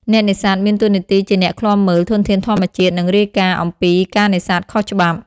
អ្នកនេសាទមានតួនាទីជា អ្នកឃ្លាំមើល ធនធានធម្មជាតិ និងរាយការណ៍អំពីការនេសាទខុសច្បាប់។